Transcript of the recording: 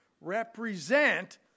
represent